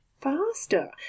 faster